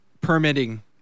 permitting